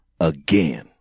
again